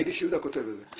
ראיתי שיהודה כותב את זה.